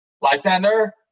Lysander